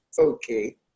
okay